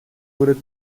wurde